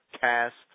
cast